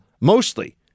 mostly